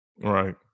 right